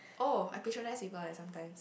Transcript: oh I patronise saver eh sometimes